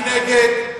מי נגד?